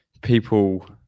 people